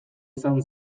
izan